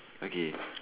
okay